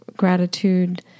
Gratitude